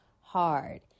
hard